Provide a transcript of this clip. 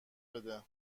بده